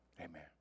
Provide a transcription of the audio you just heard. amen